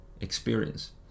experience